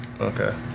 Okay